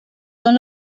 son